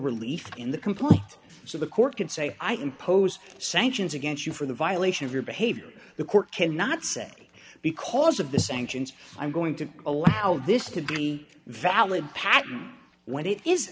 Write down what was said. relief in the complaint so the court can say i impose sanctions against you for the violation of your behavior the court cannot say because of the sanctions i'm going to allow this to be valid patent when it is